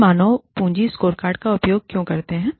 हम मानव पूँजी स्कोरकार्ड का उपयोग क्यों करते हैं